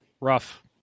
rough